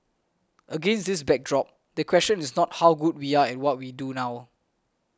against this backdrop the question is not how good we are what we do now